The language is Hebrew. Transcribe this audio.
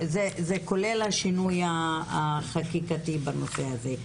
זה כולל השינוי החקיקתי בנושא הזה.